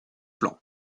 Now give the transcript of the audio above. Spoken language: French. plan